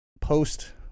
post